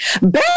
baby